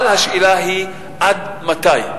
אבל השאלה היא: עד מתי?